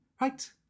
right